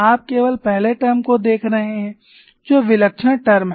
आप केवल पहले टर्म को देख रहे हैं जो विलक्षण टर्म है